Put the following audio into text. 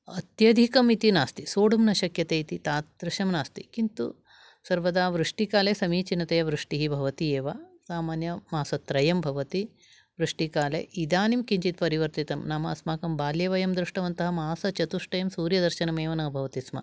अत्यधिकं इति नास्ति सोढुं न शक्यते इति तादृशं नास्ति किन्तु सर्वदा वृष्टिकाले समीचीनतया वृष्टिः भवति एव सामान्यं मासत्रयं भवति वृष्टिकाले इदानीं किञ्चित् परिवर्तितं नाम अस्माकं बाल्ये वयं दृष्टवन्तः मासचतुष्टयं सूर्यदर्शनमेव न भवतिस्म